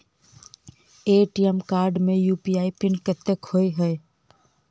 ATM card मे UPI PIN कतह होइ है?